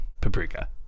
paprika